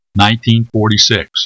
1946